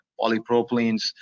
polypropylenes